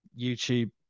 YouTube